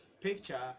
picture